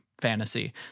fantasy